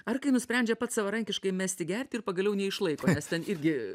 ar kai nusprendžia pats savarankiškai mesti gerti ir pagaliau neišlaiko nes ten irgi